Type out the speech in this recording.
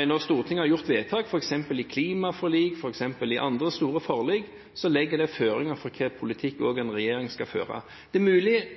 når Stortinget har gjort vedtak, f.eks. i klimaforlik eller andre store forlik, legger det føringer for hva slags politikk en regjering skal føre. Det er mulig